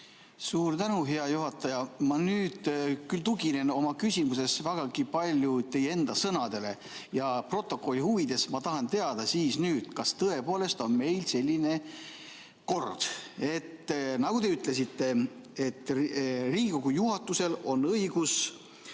Suur tänu, hea juhataja! Ma tuginen oma küsimuses vägagi palju teie enda sõnadele ja protokolli huvides ma tahan teada, kas tõepoolest on meil selline kord, nagu te ütlesite, et Riigikogu juhatusel on õigus